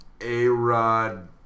A-Rod